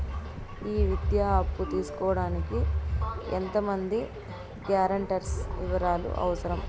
ఈ విద్యా అప్పు తీసుకోడానికి ఎంత మంది గ్యారంటర్స్ వివరాలు అవసరం?